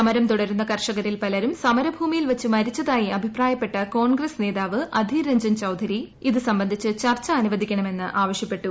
സമരം തുടരുന്ന കർഷകരിൽ പലരും സമരഭൂമിയിൽ വച്ച് മരിച്ചതായി അഭിപ്രായപ്പെട്ട കോൺഗ്രസ് നേതാവ് അധിർ രഞ്ജൻ ചൌധരി ഇത് സംബന്ധിച്ച് ചർച്ച അനുവദിക്കണമെന്ന് ആവശ്യഉപ്പട്ടു